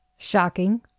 Shocking